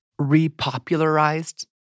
repopularized